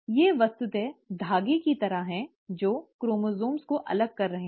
ये वस्तुतः धागे की तरह हैं जो क्रोमोसोम को अलग कर रहे हैं